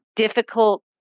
difficult